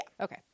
Okay